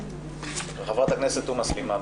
חברת הכנסת תומא סלימאן.